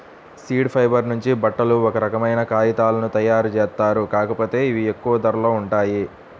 seed fibre నుంచి బట్టలు, ఒక రకమైన కాగితాలను తయ్యారుజేత్తారు, కాకపోతే ఇవి ఎక్కువ ధరలో ఉంటాయి